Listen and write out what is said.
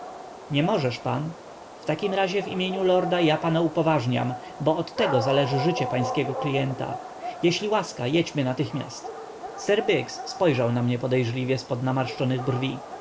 nie możesz pan w takim razie w imieniu lorda ja pana upoważniam bo od tego zależy życie pańskiego klienta jeśli łaska jedźmy natychmiast sir biggs spojrzał na mnie podejrzliwe z pod namarszczonych brwi